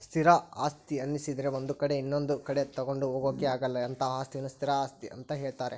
ಸ್ಥಿರ ಆಸ್ತಿ ಅನ್ನಿಸದ್ರೆ ಒಂದು ಕಡೆ ಇನೊಂದು ಕಡೆ ತಗೊಂಡು ಹೋಗೋಕೆ ಆಗಲ್ಲ ಅಂತಹ ಅಸ್ತಿಯನ್ನು ಸ್ಥಿರ ಆಸ್ತಿ ಅಂತ ಹೇಳ್ತಾರೆ